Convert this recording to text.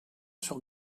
sur